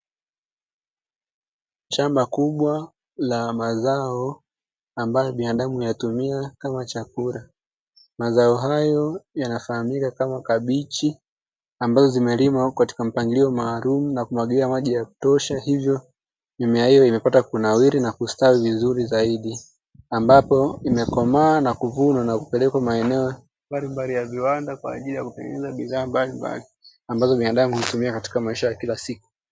Shamba kubwa la mazao ambalo binadamu huyatumia kama chakula. Mazao hayo yanafahamika kama kabichi ambazo zimelimwa katika mpangilio maalumu na kumwagilia maji ya kutosha hivyo mimea hiyo imepata kunawiri na kustawi vizuri zaidi. Ambapo imekomaa na kuvunwa na kupelekwa maeneo mbalimbali ya viwanda kwa ajili ya kutengeneza bidhaa mbalimbali ya viwanda kwa ajili ya kutengeneza bidhaa mbalimbali ambazo binadamu hutumia katika maisha ya kila siku.